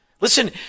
Listen